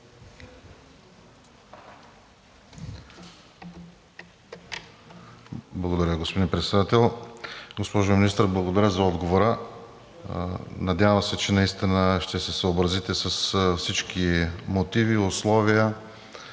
Благодаря, господин Председател. Госпожо Министър, благодаря за отговора. Надявам се, че наистина ще се съобразите с всички мотиви, условия,